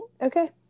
Okay